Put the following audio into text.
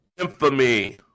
infamy